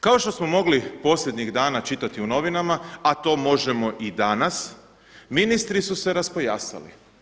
Kao što smo mogli posljednjih dana čitati u novinama, a to možemo i danas ministri su se raspojasali.